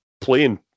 playing